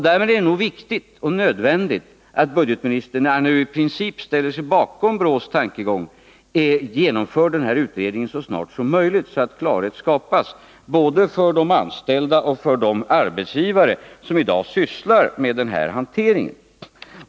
Därför är det viktigt och nödvändigt att budgetministern — eftersom han i princip ställer sig bakom BRÅ:s tankegång — genomför denna utredning så snart som möjligt så att klarhet skapas både för de anställda och för de arbetsgivare som i dag sysslar med denna hantering.